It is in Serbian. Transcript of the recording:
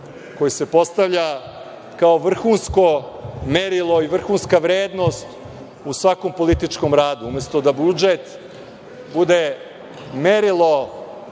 koji se postavlja kao vrhunsko merilo i vrhunska vrednost u svakom političkom radu. Umesto da budžet bude merilo